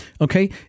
Okay